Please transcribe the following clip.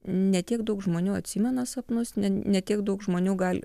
ne tiek daug žmonių atsimena sapnus ne tiek daug žmonių gali